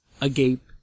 agape